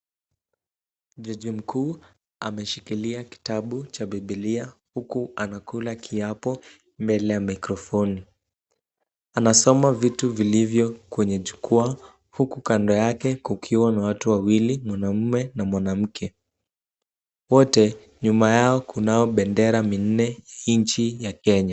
Jaji mkuu ameshikilia kitabu cha bibilia, huku anakula kiapo mbele ya mikrofoni . Anasoma vitu vilivyo kwenye jukwa, huku kando yake kukiwa na watu wawili, mwanamme na mwanamke. Wote, nyuma yao kunao bendera minne nchi ya Kenya.